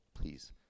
please